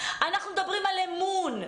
אנחנו מדברים על אמון,